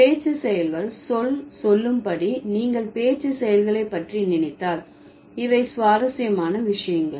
பேச்சு செயல்கள் சொல் சொல்லும் படி நீங்கள் பேச்சு செயல்களை பற்றி நினைத்தால் இவை சுவாரஸ்யமான விஷயங்கள்